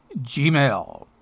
gmail